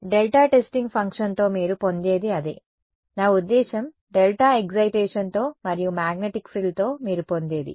delta testing ఫంక్షన్తో మీరు పొందేది అదే నా ఉద్దేశ్యం డెల్టా ఎక్సైటేషన్ తో మరియు మాగ్నెటిక్ ఫ్రిల్తో మీరు పొందేది